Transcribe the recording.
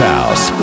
House